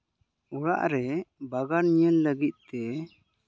ᱚᱲᱟᱜ ᱨᱮ ᱵᱟᱜᱟᱱ ᱧᱮᱞ ᱞᱟᱹᱜᱤᱫ ᱛᱮ